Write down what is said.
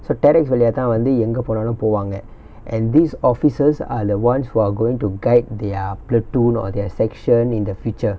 so terrex வழியாதா வந்து எங்க போனாலும் போவாங்க:valiyaathaa vanthu enga ponaalum povaanga and these officers are the ones who are going to guide their platoon or their section in the future